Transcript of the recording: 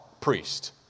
priest